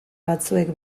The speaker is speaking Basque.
batzuek